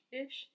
ish